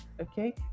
okay